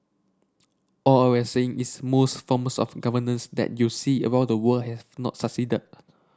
all I we saying is most forms of governance that you see the world have not